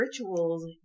rituals